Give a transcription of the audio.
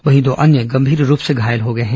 वहीं दो अन्य गंभीर रूप से घायल हो गए हैं